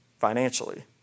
Financially